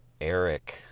Eric